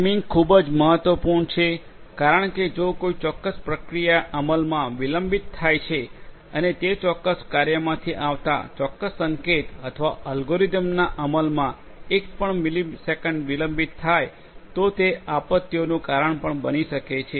timing ખૂબ જ મહત્વપૂર્ણ છે કારણ કે જો કોઈ ચોક્કસ પ્રક્રિયા અમલમાં વિલંબિત થાય છે અને તે ચોક્કસ કાર્યમાંથી આવતા ચોક્કસ સંકેત અથવા એલ્ગોરિધમના અમલમાં એક પણ મિલિસેકન્ડ વિલંબિત થાય તો તે આપત્તિઓનું કારણ પણ બની શકે છે